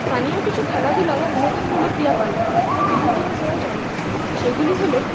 স্থানীয় কিছু খেলাধূলা বা বিনোদনমূলক ক্রিয়াকলাপ যা পুরুলিয়া জেলায় জনপ্রিয় সেগুলি হল